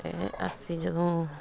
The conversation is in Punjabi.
ਅਤੇ ਅਸੀਂ ਜਦੋਂ